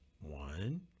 one